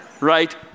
right